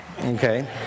okay